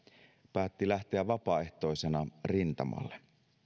päätti lähteä vapaaehtoisena rintamalle